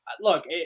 look